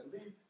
Leave